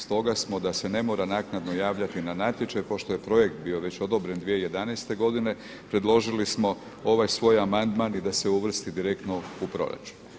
Stoga smo da se ne mora naknadno javljati na natječaj pošto je projekt bio odobren 2011. godine predložili smo ovaj svoj amandman i da se uvrsti direktno u proračun.